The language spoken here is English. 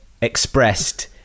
expressed